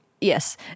Yes